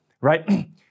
right